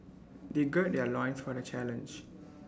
they gird their loins for the challenge